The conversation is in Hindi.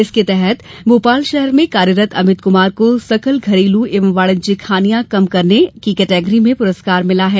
इसके तहत भोपाल शहर में कार्यरत अमित कुमार को सकल घरेलू एवं वाणिज्यिक हानिया कम करने की केटेगरी में पुरस्कार मिला है